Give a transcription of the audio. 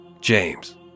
James